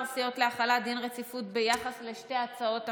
סיעות להחלת דין רציפות ביחס לשתי הצעות החוק.